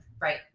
Right